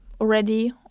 already